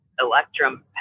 Electrum